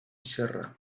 serra